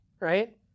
right